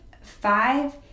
five